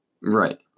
Right